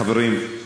חברים,